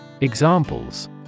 Examples